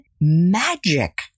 magic